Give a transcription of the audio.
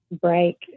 break